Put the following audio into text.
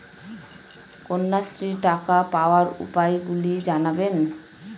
কন্যাশ্রীর টাকা পাওয়ার উপায়গুলি জানাবেন?